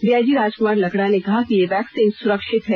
DIG Rajkumar Lakra ने कहा कि यह वैक्सीन सुरक्षित है